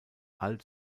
alt